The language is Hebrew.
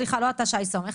סליחה לא אתה שי סומך,